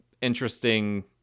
interesting